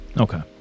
okay